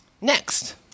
Next